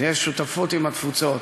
יש שותפות עם התפוצות,